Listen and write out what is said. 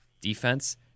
defense